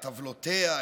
את עוולותיה,